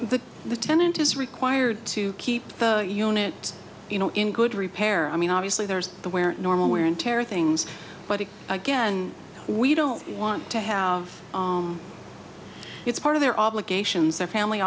with the tenant is required to keep the unit you know in good repair i mean obviously there's the where normal wear and tear things but it again we don't want to have it's part of their obligations their family